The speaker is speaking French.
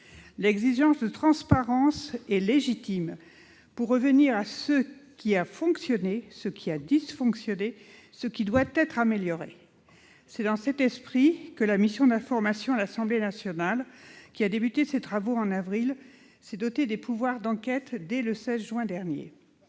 L'exigence de transparence est légitime pour discerner ce qui a fonctionné, ce qui a dysfonctionné et ce qui doit être amélioré. C'est dans cet esprit que la mission d'information de l'Assemblée nationale, qui a entamé ses travaux en avril, s'est dotée des pouvoirs d'enquête dès le 16 juin dernier.